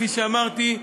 כפי שאמרתי,